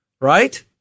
right